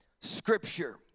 Scripture